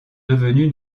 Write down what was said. devenus